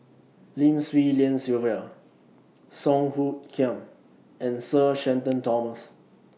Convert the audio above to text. Lim Swee Lian Sylvia Song Hoot Kiam and Sir Shenton Thomas